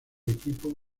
equipo